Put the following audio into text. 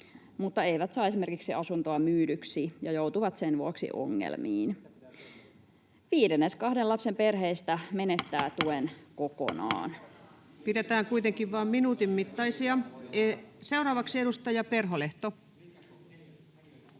mutta eivät saa esimerkiksi asuntoa myydyksi ja joutuvat sen vuoksi ongelmiin. Viidennes kahden lapsen perheistä menettää tuen kokonaan. Pidetään kuitenkin vaan minuutin mittaisia. — Seuraavaksi edustaja Perholehto.